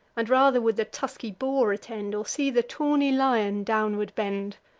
and rather would the tusky boar attend, or see the tawny lion downward bend.